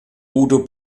udo